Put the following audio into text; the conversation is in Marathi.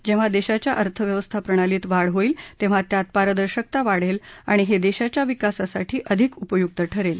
जेव्हा देशाच्या अर्थव्यवस्था प्रणालीत वाढ होईल तेंव्हा त्यात पारदर्शकता वाढेल आणि हे देशाच्या विकासासाठी अधिक उपयुक्त ठरेल